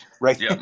Right